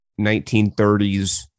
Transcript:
1930s